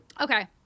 okay